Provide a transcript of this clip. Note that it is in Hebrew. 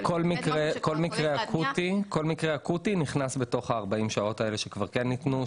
כל מקרה אקוטי נכנס בתוך 40 השעות שכבר ניתנו.